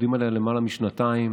עובדים עליה למעלה משנתיים